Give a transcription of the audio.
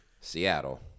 Seattle